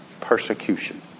persecution